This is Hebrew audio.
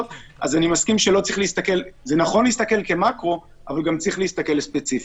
נכון להסתכל כמקרו, בל צריך להסתכל גם ספציפית.